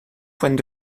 points